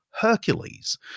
Hercules